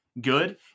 good